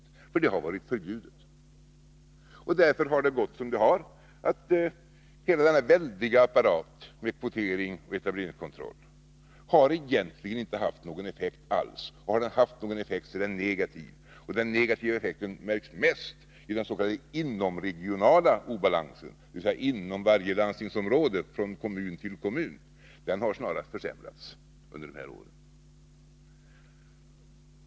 Det har nämligen varit förbjudet. Därför har det blivit som det är. Hela den väldiga apparaten med kvotering och etableringskontroll har egentligen inte haft någon effekt. Har den haft någon effekt, har den varit negativ. Den negativa effekten märks mest när det gäller den s.k. inomregionala obalansen, dvs. obalansen mellan kommuner inom samma landstingsområde. Den har snarare försämrats under dessa år.